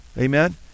amen